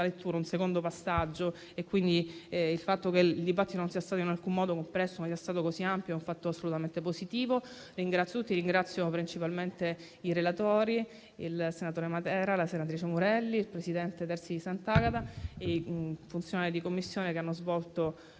un secondo passaggio il dibattito non sia stato in alcun modo compresso, ma sia stato ampio, è un fatto assolutamente positivo. Ringrazio tutti e principalmente i relatori, ossia il senatore Matera e la senatrice Morelli, il presidente Terzi di Sant'Agata e i funzionari di Commissione che hanno svolto